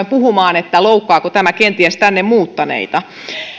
puhumaan että loukkaako tämä kenties tänne muuttaneita